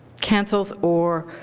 cancels or